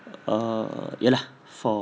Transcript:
err ye lah for